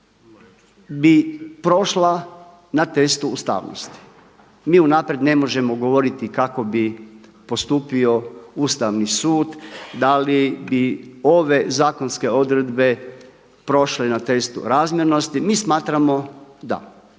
bi prošla na testu ustavnosti. Mi unaprijed ne možemo govoriti kako bi postupio Ustavni sud, da li bi i ove zakonske odredbe prošle na testu razmjernosti. Mi smatramo da.